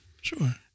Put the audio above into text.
sure